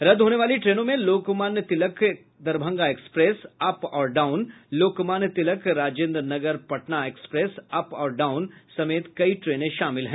रदद् होनेवाली ट्रेनों में लोकमान्य तिलक दरभंगा एक्सप्रेस अप और down Lokmanya Tilak Rajendra Nagar Patna express up और डाउन समेत कई ट्रेन शामिल हैं